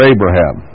Abraham